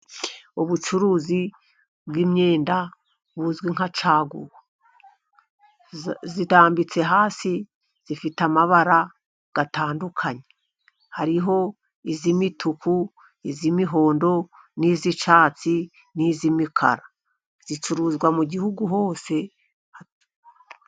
Ubucuruzi bw'imyenda buzwi nka caguwa. itanditse hasi, ifite amabara atandukanye hariho iy'imituku, iy'imihondo n'iy'icyatsi, n'iy'imikara, icuruzwa mu gihugu hose.